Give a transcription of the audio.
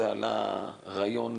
עלה רעיון